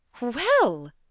Well